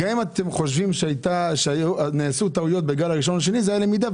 גם אם אתם חושבים שנעשו טעויות בגלים הראשון והשני זה היה למידה,